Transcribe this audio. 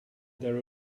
their